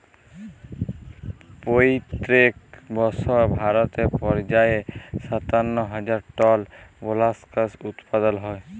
পইত্তেক বসর ভারতে পর্যায়ে সাত্তান্ন হাজার টল মোলাস্কাস উৎপাদল হ্যয়